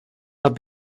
have